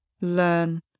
learn